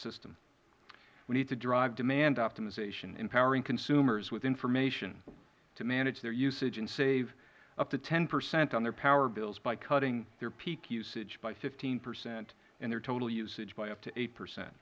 system we need to drive demand optimization empowering consumers with information to manage their usage and save up to ten percent on their power bills by cutting their peak usage by fifteen percent and their total usage by up to eight percent